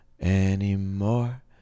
anymore